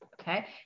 okay